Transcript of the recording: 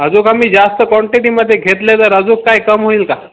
अजूक आम्ही जास्त क्वांटिटीमध्ये घेतले तर अजूक काय कम होईल का